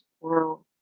world